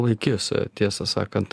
laikis tiesą sakant